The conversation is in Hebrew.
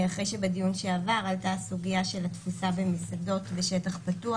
אחרי שבדיון שעבר עתה הסוגיה של התפוסה במסעדות בשטח פתוח.